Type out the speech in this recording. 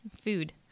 food